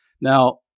Now